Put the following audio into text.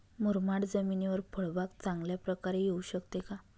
मुरमाड जमिनीवर फळबाग चांगल्या प्रकारे येऊ शकते का?